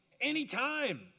Anytime